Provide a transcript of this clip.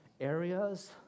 areas